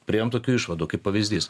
priėjom tokių išvadų kaip pavyzdys